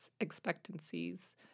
expectancies